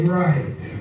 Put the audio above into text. right